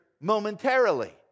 momentarily